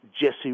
Jesse